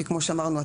כי כמו שאמרנו,